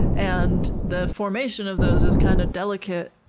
and the formation of those is kind of delicate,